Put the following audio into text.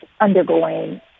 undergoing